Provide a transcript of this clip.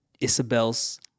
Isabel's